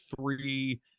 three